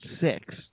six